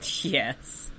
Yes